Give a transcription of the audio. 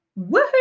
Woohoo